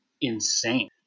insane